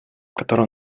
которого